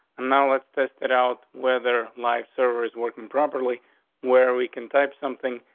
and now let's test it out. whether life servers working properly where we can type something,